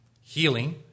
Healing